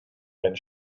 and